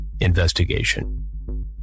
investigation